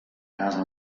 casa